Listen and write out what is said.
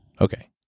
okay